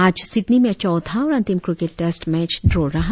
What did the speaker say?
आज सिडनी में चौथा और अंतिम क्रिकेट टेस्ट मैच ड्रा रहा